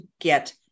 get